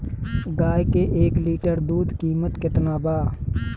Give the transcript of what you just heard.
गाय के एक लीटर दूध कीमत केतना बा?